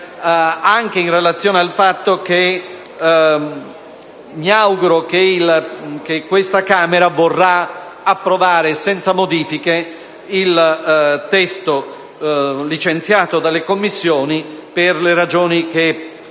anche in relazione al fatto che mi auguro che questa Camera vorrà approvare senza modifiche il testo licenziato dalle Commissioni per le ragioni che,